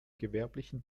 gewerblichen